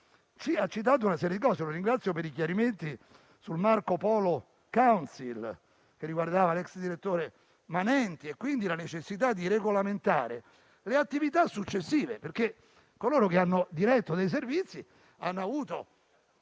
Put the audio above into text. ha citato una serie di cose. Lo ringrazio per i chiarimenti sul Marco Polo Council, che riguardava l'ex direttore Manenti, e quindi la necessità di regolamentare le attività successive. Coloro che hanno diretto i Servizi di sicurezza